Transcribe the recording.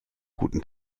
guten